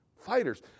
fighters